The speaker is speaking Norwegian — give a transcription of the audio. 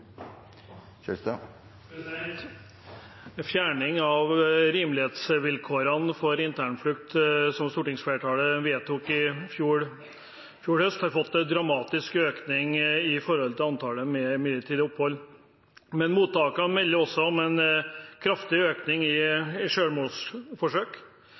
Fjerning av rimelighetsvilkårene for internflukt som stortingsflertallet vedtok i fjor høst, har fått en dramatisk økning når det gjelder antallet med midlertidig opphold. Men mottakene melder om en kraftig økning i